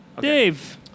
Dave